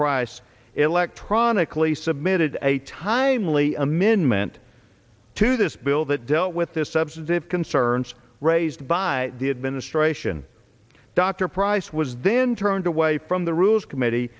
price electronically submitted a timely amendment to this bill that dealt with the substantive concerns raised by the administration dr price was then turned away from the rules committee